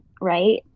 right